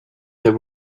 there